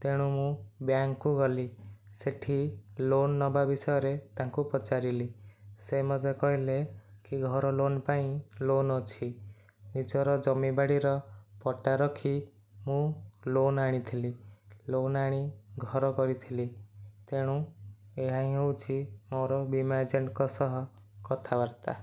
ତେଣୁ ମୁଁ ବ୍ୟାଙ୍କକୁ ଗଲି ସେଠି ଲୋନ୍ ନେବା ବିଷୟରେ ତାଙ୍କୁ ପଚାରିଲି ସେ ମଧ୍ୟ କହିଲେ କି ଘର ଲୋନ୍ ପାଇଁ ଲୋନ୍ ଅଛି ନିଜର ଜମି ବାଡ଼ିର ପଟ୍ଟା ରଖି ମୁଁ ଲୋନ୍ ଆଣିଥିଲି ଲୋନ୍ ଆଣି ଘର କରିଥିଲି ତେଣୁ ଏହା ହିଁ ହେଉଛି ମୋର ବୀମା ଏଜେଣ୍ଟଙ୍କ ସହ କଥାବାର୍ତ୍ତା